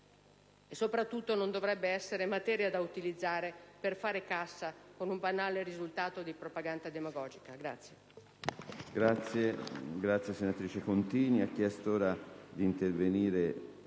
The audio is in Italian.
Soprattutto non dovrebbe essere materia da utilizzare per fare cassa, con un banale risultato di propaganda demagogica.